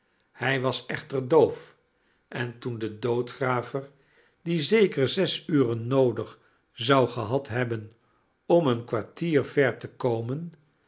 hij was echter doof en toen de doodgraver die zeker zes uren noodig zou gehad hebben om een kwartier ver te kornen